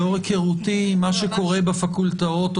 לאור היכרותי עם מה שקורה בפקולטות או